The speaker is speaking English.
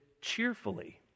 cheerfully